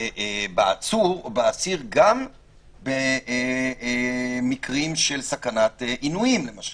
בעצור או באסיר גם במקרים של סכנת עינויים למשל.